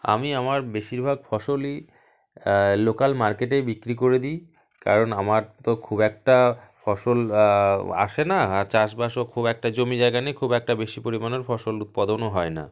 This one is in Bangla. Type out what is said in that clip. আমি আমার বেশিরভাগ ফসলই লোকাল মার্কেটেই বিক্রি করে দিই কারণ আমার তো খুব একটা ফসল আসে না আর চাষবাসও খুব একটা জমি জায়গা নেই খুব একটা বেশি পরিমাণের ফসল উৎপাদনও হয় না